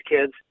kids